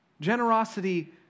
Generosity